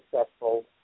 successful